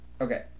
Okay